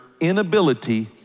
inability